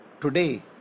Today